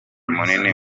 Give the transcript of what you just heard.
munini